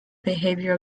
behavior